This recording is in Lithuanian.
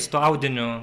su tuo audiniu